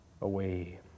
away